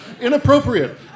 Inappropriate